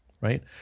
Right